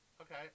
okay